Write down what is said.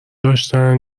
داشتن